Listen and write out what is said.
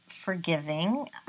forgiving